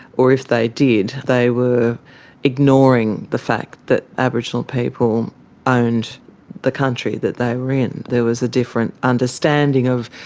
or if they did they were ignoring the fact that aboriginal people owned the country that they were in. there was a different understanding of,